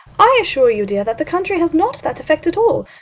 i assure you, dear, that the country has not that effect at all.